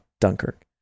Dunkirk